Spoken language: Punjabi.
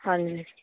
ਹਾਂਜੀ